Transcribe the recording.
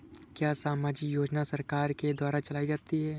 क्या सामाजिक योजना सरकार के द्वारा चलाई जाती है?